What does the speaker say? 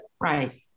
Right